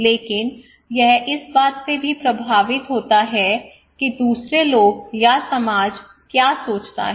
लेकिन यह इस बात से भी प्रभावित होता है कि दूसरे लोग या समाज क्या सोचता हैं